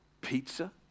pizza